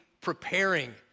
preparing